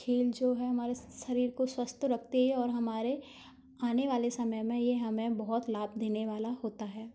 खेल जो हैं हमारे शरीर को स्वस्थ रखते हैं और हमारे आने वाले समय में ये हमें बहोत लाभ देने वाला होता है